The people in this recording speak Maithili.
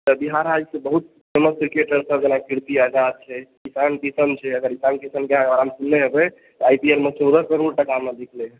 तऽ बिहार राज्यके बहुत फेमस क्रिकेटरसभ भेला कीर्ति आज़ाद छै रामकिशन छै अगर रामकिशनके नाम अहाँ सुनने हेबय आई पी एलमे चौदह करोड़ टकामे बिकलय हँ